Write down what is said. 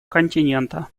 континента